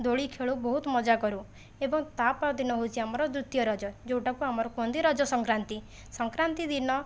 ଦୋଳି ଖେଳୁ ବହୁତ ମଜା କରୁ ଏବଂ ତା'ପର ଦିନ ହେଉଛି ଆମର ଦ୍ୱିତୀୟ ରଜ ଯେଉଁଟାକୁ ଆମର କୁହନ୍ତି ରଜ ସଂକ୍ରାନ୍ତି ସଂକ୍ରାନ୍ତି ଦିନ